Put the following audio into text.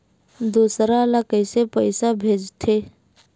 दूसरा ला कइसे पईसा भेजथे?